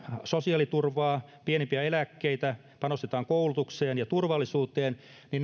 sosiaaliturvaa pienimpiä eläkkeitä panostetaan koulutukseen ja turvallisuuteen